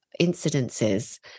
incidences